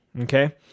okay